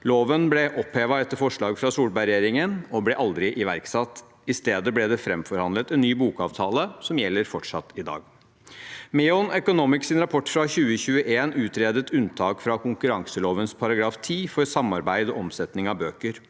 Loven ble opphevet etter forslag fra Solberg-regjeringen og ble aldri iverksatt. I stedet ble det framforhandlet en ny bokavtale som fortsatt gjelder i dag. Menon Economics’ rapport fra 2021 utredet unntak fra konkurranseloven § 10 for samarbeid ved omsetning av bøker.